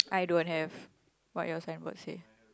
I don't have what your signboard say